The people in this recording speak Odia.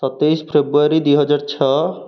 ସତେଇଶି ଫେବୃଆରୀ ଦୁଇ ହଜାର ଛଅ